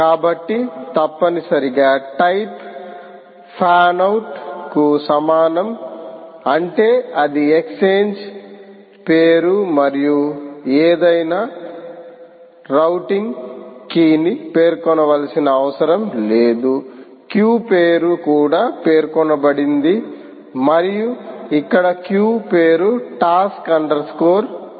కాబట్టి తప్పనిసరిగా type fan out కు సమానం అంటే అది ఎక్స్ఛేంజ్ పేరు మరియు ఏదైనా రౌటింగ్ కీని పేర్కొనవలసిన అవసరం లేదు క్యూ పేరు కూడా పేర్కొనబడింది మరియు ఇక్కడ క్యూ పేరు టాస్క్ అండర్ స్కోర్ క్యూ